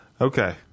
Okay